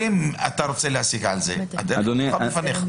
אם אתה רוצה להשיג על זה, הדרך פתוחה בפניך.